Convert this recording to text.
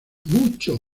mucho